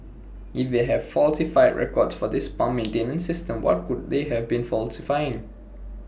if they have falsified records for this pump maintenance system what could they have been falsifying